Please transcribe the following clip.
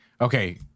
okay